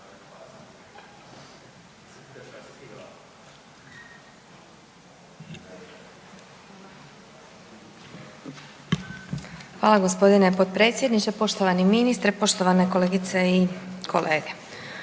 Hvala g. potpredsjedniče, poštovani ministre, poštovane kolegice i kolege.